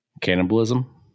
Cannibalism